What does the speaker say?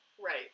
Right